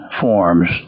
forms